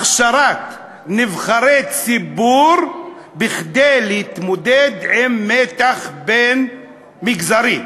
הכשרת נבחרי ציבור להתמודד עם מתח בין-מגזרי.